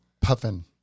Puffin